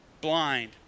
blind